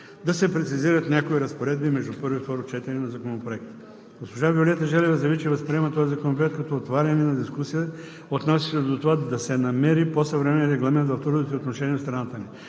да се прецизират някои разпоредби между първо и второ четене на Законопроекта. Госпожа Виолета Желева заяви, че възприема този законопроект като отваряне на дискусия, отнасяща се до това да се намери по-съвременен регламент в трудовите отношения в страната ни.